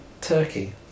turkey